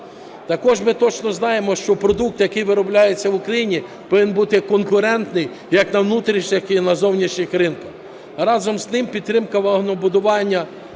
Також ми точно знаємо, що продукт, який виробляється в Україні, повинен бути конкурентний як на внутрішніх так і на зовнішніх ринках. Разом з тим підтримка вагонобудування,